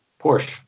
Porsche